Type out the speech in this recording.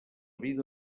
vida